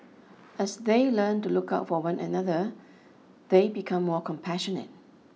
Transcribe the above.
as they learn to look out for one another they become more compassionate